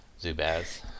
zubaz